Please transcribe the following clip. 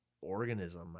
organism